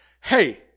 Hey